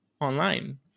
online